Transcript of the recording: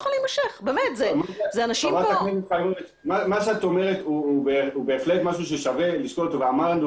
מה שאת אומרת הוא בהחלט משהו ששווה לשקול אותו ואמרנו